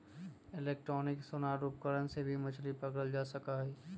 electronic sonar उपकरण से भी मछली पकड़ल जा सका हई